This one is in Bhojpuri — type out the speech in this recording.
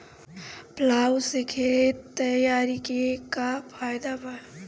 प्लाऊ से खेत तैयारी के का फायदा बा?